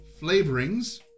flavorings